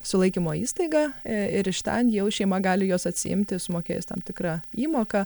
sulaikymo įstaigą ir iš ten jau šeima gali juos atsiimti sumokėjus tam tikrą įmoką